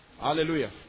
Hallelujah